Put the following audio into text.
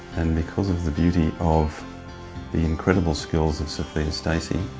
and because of the beauty of the incredible skills of sophia stacey,